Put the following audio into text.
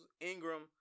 Ingram